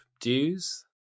dues